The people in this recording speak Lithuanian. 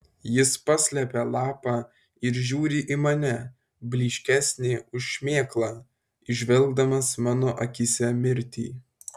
jis paslepia lapą ir žiūri į mane blyškesnį už šmėklą įžvelgdamas mano akyse mirtį